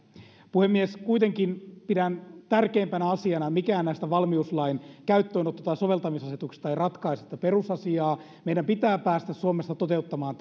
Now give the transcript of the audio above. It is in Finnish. puhemies kuitenkin pidän tärkeimpänä asiana mikään näistä valmiuslain käyttöönotto tai soveltamisasetuksista ei ratkaise tätä perusasiaa että meidän pitää päästä suomessa toteuttamaan